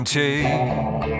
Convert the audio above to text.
take